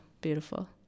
beautiful